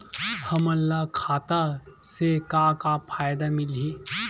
हमन ला खाता से का का फ़ायदा मिलही?